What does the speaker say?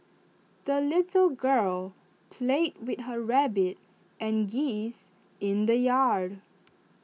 the little girl played with her rabbit and geese in the yard